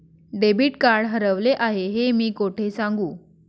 Debit card हरवले आहे हे मी कोठे सांगू शकतो?